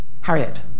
Harriet